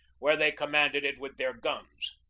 where they com manded it with their guns.